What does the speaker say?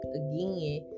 again